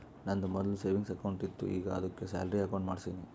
ನಂದು ಮೊದ್ಲು savings account ಇತ್ತು ಈಗ ಆದ್ದುಕೆ ಸ್ಯಾಲರಿ ಅಕೌಂಟ್ ಮಾಡ್ಸಿನಿ